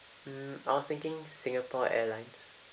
mm I was thinking Singapore Airlines